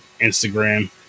Instagram